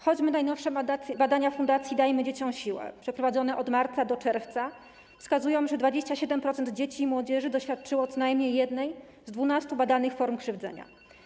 Choćby najnowsze badania Fundacji Dajemy Dzieciom Siłę, przeprowadzone od marca do czerwca, wskazują, że 27% dzieci i młodzieży doświadczyło co najmniej jednej z 12 badanych form krzywdzenia.